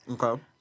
Okay